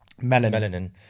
melanin